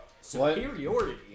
Superiority